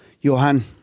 Johan